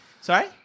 Sorry